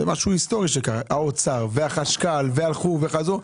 האוצר והחשכ"ל, הלכו וחזרו.